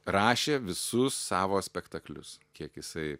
rašė visus savo spektaklius kiek jisai